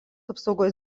apsaugos